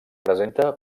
presenta